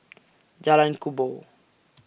Jalan Kubor